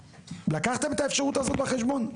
לקחתם את האפשרות הזאת בחשבון?